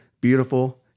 Beautiful